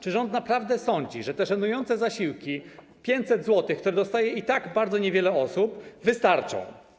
Czy rząd naprawdę sądzi, że te żenujące zasiłki 500 zł, które dostaje i tak bardzo niewiele osób, wystarczą?